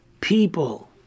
people